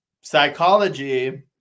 Psychology